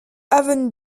avenue